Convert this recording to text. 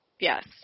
Yes